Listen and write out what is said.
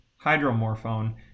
hydromorphone